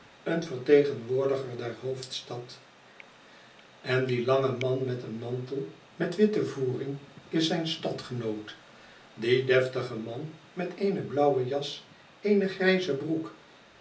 een vertegenwoordiger der hoofdstad en die lange man met een mantel met witte voering is zijn stadgenoot die deftige man met eene blauwe jas eene grijze broek